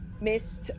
missed